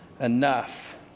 enough